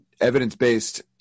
evidence-based